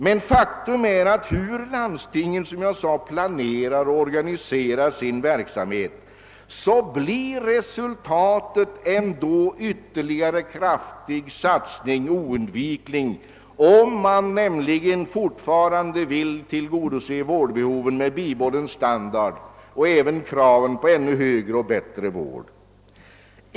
Men ett faktum är att hur landstingen än planerar och organiserar sin verksamhet blir en ytterligare kraftig satsning ändå oundviklig, om man nämligen fortfarande vill tillgodose vårdbehoven med bibehållen standard liksom även kravet på ännu bättre vård.